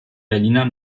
berliner